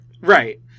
Right